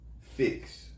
fix